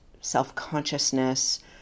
self-consciousness